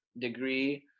degree